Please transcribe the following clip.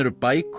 ah by